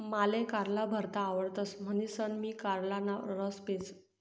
माले कारला भरता आवडतस म्हणीसन मी कारलाना रस पेस